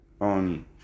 on